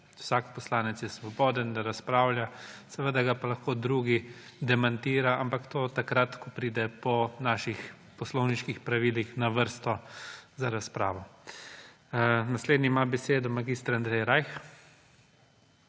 Vsak poslanec je svoboden, da razpravlja. Seveda ga pa lahko drugi demantira, ampak to takrat, ko pride po naših poslovniških pravilih na vrsto za razpravo. Naslednji ima besedo mag. Andrej Rajh.